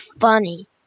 funny